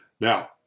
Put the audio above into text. Now